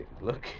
look